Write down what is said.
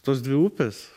tos dvi upės